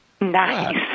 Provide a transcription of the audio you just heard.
Nice